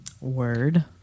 Word